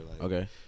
Okay